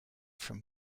from